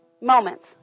moments